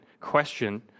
question